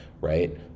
right